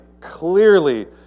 clearly